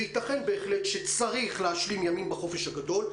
וייתכן בהחלט שצריך להשלים ימים בחופש הגדול,